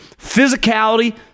Physicality